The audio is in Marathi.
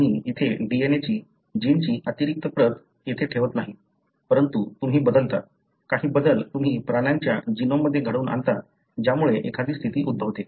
तुम्ही येथे DNA ची जिनची अतिरिक्त प्रत येथे ठेवत नाही परंतु तुम्ही बदलता काही बदल तुम्ही प्राण्यांच्या जीनोममध्ये घडवून आणता ज्यामुळे एखादी स्थिती उद्भवते